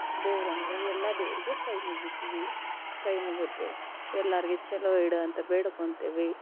ದೇವ್ರು ಅಂದರೆ ಎಲ್ಲ ದೇವರಿಗೆ ಕೈ ಮುಗಿತೀವಿ ಕೈ ಮುಗದು ಎಲ್ಲರ್ಗೆ ಚಲೋ ಇಡು ಅಂತ ಬೇಡ್ಕೊತಿವಿ